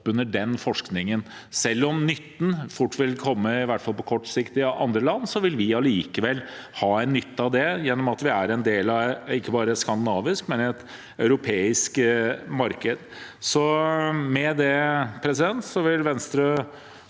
under den forskningen. Selv om nytten fort vil komme, i hvert fall på kort sikt, via andre land, vil vi allikevel ha nytte av det, gjennom at vi er en del av ikke bare et skandinavisk, men et europeisk marked. Med det vil jeg